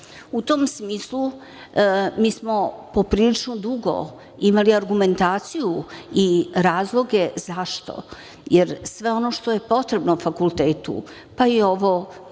tom smislu, mi smo poprilično dugo imali argumentaciju i razloge zašto, jer sve ono što je potrebno fakultetu, pa i ovo